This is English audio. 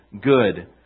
good